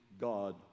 God